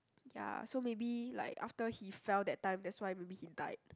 ya so maybe like after he fell that time that's why maybe he died